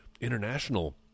International